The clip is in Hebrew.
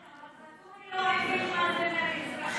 כן, אבל ואטורי לא הבין מה זה מרי אזרחי.